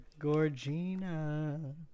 Gorgina